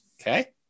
Okay